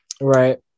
Right